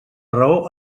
raó